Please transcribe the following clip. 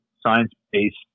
science-based